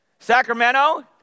Sacramento